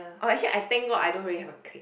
oh actually I thank God I don't really have a clique